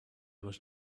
was